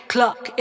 Clock